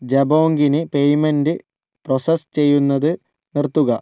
ജബോംഗിന് payment process ചെയ്യുന്നത് നിർത്തുക